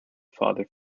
father